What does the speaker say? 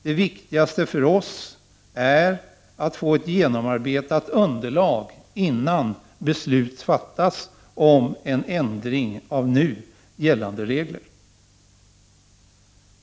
Det viktigaste för oss är att få ett genomarbetat underlag innan beslut fattas om en ändring av nu gällande regler.